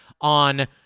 on